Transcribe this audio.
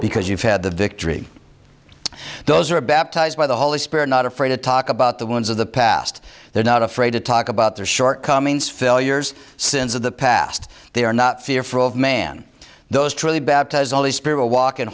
because you've had the victory those are baptized by the holy spirit not afraid to talk about the wounds of the past they're not afraid to talk about their shortcomings failures sins of the past they are not fearful of man those truly baptize all these people walk in